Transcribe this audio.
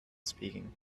speaking